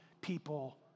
people